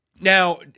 Now